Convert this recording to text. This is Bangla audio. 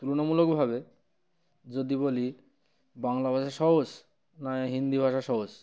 তুলনামূলকভাবে যদি বলি বাংলা ভাষা সহজ না হিন্দি ভাষা সহজ